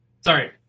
sorry